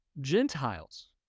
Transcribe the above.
Gentiles